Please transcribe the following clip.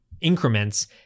increments